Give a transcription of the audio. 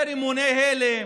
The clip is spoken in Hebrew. ברימוני הלם,